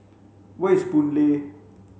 where is Boon Lay